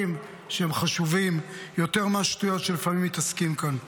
חשובים יותר מהשטויות שלפעמים מתעסקים בהן כאן.